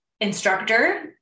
instructor